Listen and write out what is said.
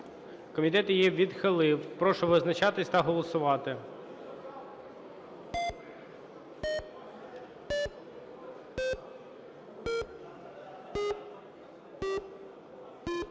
Комітет її не підтримує. Прошу визначатись та голосувати.